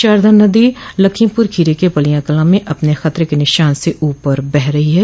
शारदा नदी लखीमपुर खीरी के पलियाकलां में अपने खतरे के निशान से ऊपर बह रही है